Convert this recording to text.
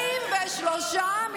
צבועה.